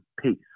peace